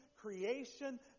creation